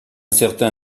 certain